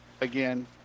again